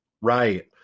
Right